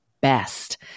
best